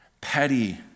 petty